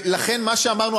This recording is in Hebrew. לכן מה שאמרנו,